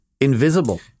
invisible